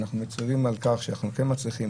אנחנו מצרים על כך שאנחנו כן מצליחים,